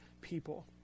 people